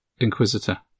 Inquisitor